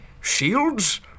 shields